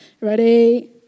Ready